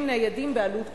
מחשבים ניידים בעלות גבוהה.